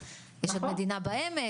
יש עוד מדינה בעמק,